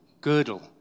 girdle